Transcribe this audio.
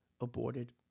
aborted